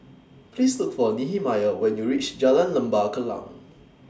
Please Look For Nehemiah when YOU REACH Jalan Lembah Kallang